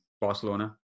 Barcelona